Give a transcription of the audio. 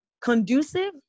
conducive